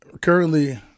Currently